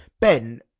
Ben